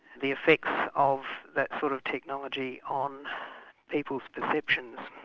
the effects of that sort of technology on people's perceptions,